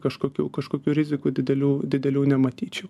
kažkokių kažkokių rizikų didelių didelių nematyčiau